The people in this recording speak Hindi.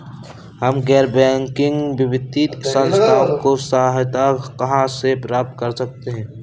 हम गैर बैंकिंग वित्तीय संस्थानों की सहायता कहाँ से प्राप्त कर सकते हैं?